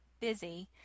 busy